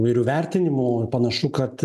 ir įvertinimų panašu kad